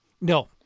No